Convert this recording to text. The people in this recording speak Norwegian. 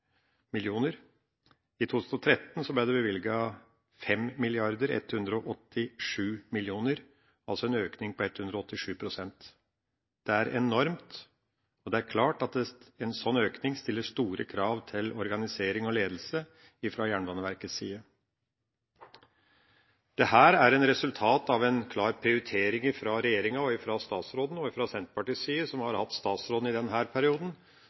i 2013 ble det bevilget 5 187 mill. kr – altså en økning på 187 pst. Det er enormt, og det er klart at en slik økning stiller store krav til organisering og ledelse fra Jernbaneverkets side. Dette er et resultat av en klar prioritering fra regjeringa og fra statsråden, og fra Senterpartiets side, som har hatt statsråden i denne perioden,